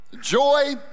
joy